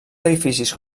edificis